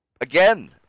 again